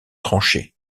tranchée